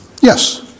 Yes